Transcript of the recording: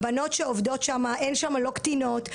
הבנות שעובדות שם, אין שם לא קטינות.